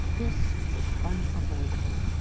this was unavoidable.